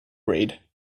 breed